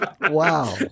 Wow